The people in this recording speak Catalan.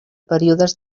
períodes